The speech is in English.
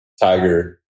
Tiger